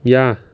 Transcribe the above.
ya